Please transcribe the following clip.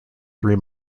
three